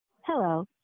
hello